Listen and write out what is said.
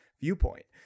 viewpoint